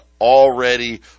already